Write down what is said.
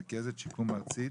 רכזת שיקום ארצית.